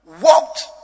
walked